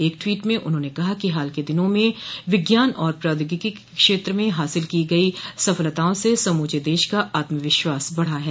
एक टवीट में उन्होंने कहा कि हाल के दिनों में विज्ञान और प्रोद्योगिकी के क्षेत्र में हासिल की गई सफलताओं से समूचे देश का आत्म विश्वास बढ़ा है